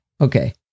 okay